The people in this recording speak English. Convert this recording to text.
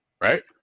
right